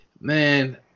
Man